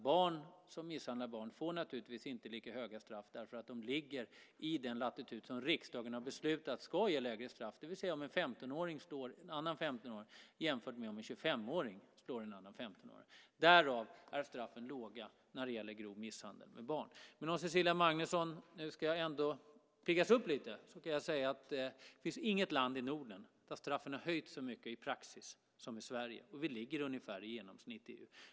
Barn som misshandlar barn får naturligtvis inte lika höga straff därför att de ligger i den latitud som riksdagen har beslutat ska ge lägre straff. Man kan jämföra vad som sker om en 15-åring slår en annan 15-åring med om en 25-åring slår en 15-åring. Därav är straffen låga när det gäller grov misshandel och barn. Om Cecilia Magnusson nu ändå ska piggas upp lite kan jag säga att det inte finns något land i Norden där straffen har höjts så mycket i praxis som i Sverige. Vi ligger ungefär i genomsnitt i EU.